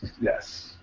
Yes